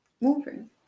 moving